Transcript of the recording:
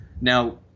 Now